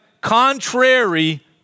contrary